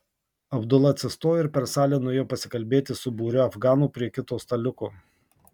abdula atsistojo ir per salę nuėjo pasikalbėti su būriu afganų prie kito staliuko